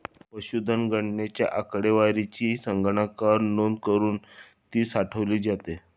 पशुधन गणनेच्या आकडेवारीची संगणकावर नोंद करुन ती साठवली जाते